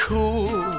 Cool